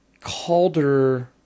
Calder